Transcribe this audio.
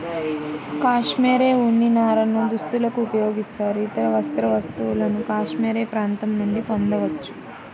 cashmere ఉన్ని నారను దుస్తులకు ఉపయోగిస్తారు, ఇతర వస్త్ర వస్తువులను కాష్మెరె ప్రాంతం నుండి పొందవచ్చు